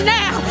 now